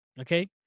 Okay